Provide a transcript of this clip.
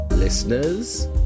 listeners